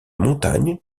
montagne